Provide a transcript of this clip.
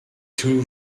too